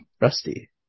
rusty